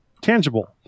tangible